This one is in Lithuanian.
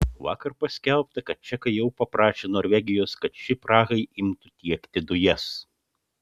vakar paskelbta kad čekai jau paprašė norvegijos kad ši prahai imtų tiekti dujas